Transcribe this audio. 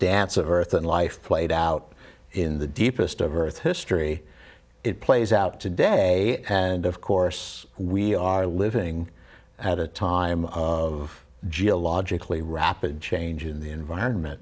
dance of earth and life played out in the deepest of earth's history it plays out today and of course we are living at a time of geologically rapid change in the environment